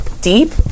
deep